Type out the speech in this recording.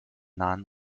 nahen